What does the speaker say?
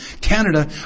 Canada